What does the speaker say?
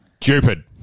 Stupid